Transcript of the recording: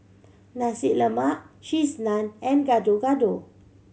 Nasi Lemak Cheese Naan and Gado Gado